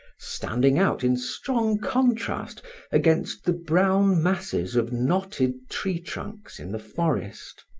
standing out in strong contrast against the brown masses of knotted tree-trunks in the forest.